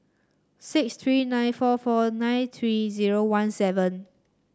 six three nine four four nine three zero one seven